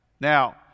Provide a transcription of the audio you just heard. now